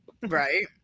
Right